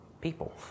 people